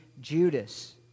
Judas